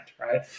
right